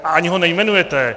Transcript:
A ani ho nejmenujete.